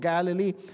Galilee